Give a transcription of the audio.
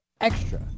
extra